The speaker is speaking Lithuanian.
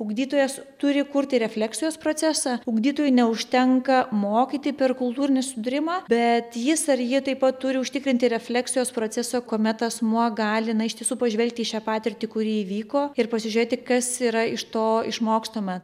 ugdytojas turi kurti refleksijos procesą ugdytojui neužtenka mokyti per kultūrinį sudūrimą bet jis ar ji taip pat turi užtikrinti refleksijos procesą kuomet asmuo gali na iš tiesų pažvelgti į šią patirtį kuri įvyko ir pasižiūrėti kas yra iš to išmokstama